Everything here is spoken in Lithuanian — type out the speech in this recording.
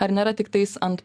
ar nėra tiktais ant